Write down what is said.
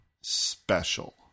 special